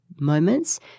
moments